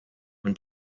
when